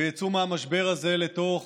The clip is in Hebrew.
ויצאו מהמשבר הזה לתוך